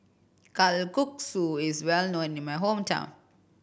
kalguksu is well known in my hometown